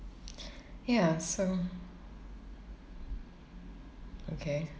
ya so okay